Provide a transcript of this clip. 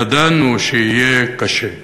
ידענו שיהיה קשה.